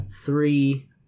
three